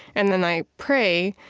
and then i pray.